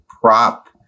prop